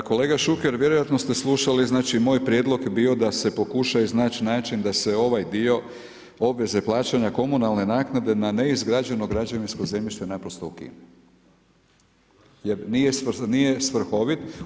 Pa kolega Šuker, vjerojatno ste slušali, znači moj prijedlog je bio da se pokuša iznaći način da se ovaj dio obveze plaćanja komunalne naknade na neizgrađeno građevinsko zemljište naprosto ukine jer nije svrhovit.